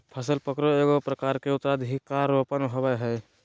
फसल पकरो एगो प्रकार के उत्तराधिकार रोपण होबय हइ